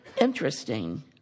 Interesting